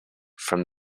from